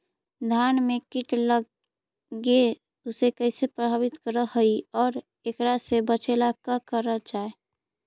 धान में कीट लगके उसे कैसे प्रभावित कर हई और एकरा से बचेला का करल जाए?